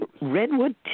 Redwood